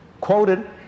quoted